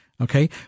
okay